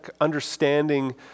understanding